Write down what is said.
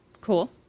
Cool